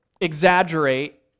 exaggerate